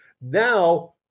Now